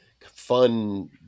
fun